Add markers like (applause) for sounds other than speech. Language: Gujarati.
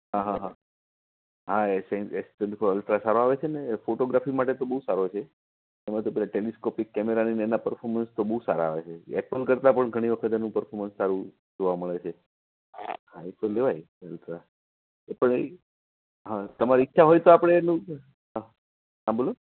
હા હા એ સેમ એક્સ્ચેંજ પર અલ્ટ્રા સારો આવે છે ને ફોટોગ્રાફી માટે તો બઉ સારો છે એ તમે તો પેલું ટેનિસ્કોપીક કેમેરા ને એના પરફોર્મન્સ તો બહુ સારા આવે છે એપલ કરતાં પણ ઘણી વખત એનું પરફોર્મન્સ સારું જોવા મળે છે હા એ તો લેવાય (unintelligible) એપલ લઇ લેજો હાં તમારી ઈચ્છા હોય તો આપણે હા હા બોલો